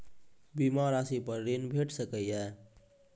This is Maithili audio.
बीमा रासि पर ॠण भेट सकै ये?